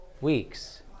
weeks